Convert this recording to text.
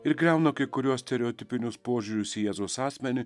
ir griauna kai kuriuos stereotipinius požiūrius į jėzaus asmenį